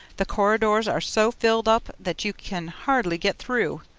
the corridors are so filled up that you can hardly get through,